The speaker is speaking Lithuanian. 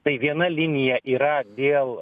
tai viena linija yra dėl